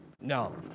No